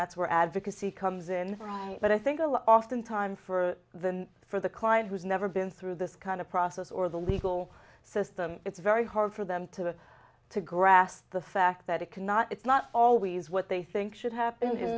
that's where advocacy comes in right but i think a lot oftentimes for the for the client who's never been through this kind of process or the legal system it's very hard for them to to grasp the fact that it cannot it's not always what they think should happen in